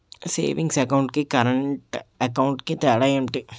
Savings account కి current account కి తేడా ఏమిటి?